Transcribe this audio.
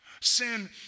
Sin